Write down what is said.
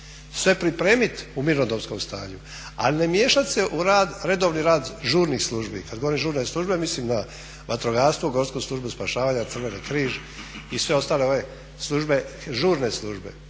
Sve pripremit u mirnodopskom stanju, ali ne miješat se u redovni rad žurnih službi. Kad govorim žurne službe mislim na vatrogastvo, gorsku službu spašavanja, Crveni križ i sve ostale ove žurne službe.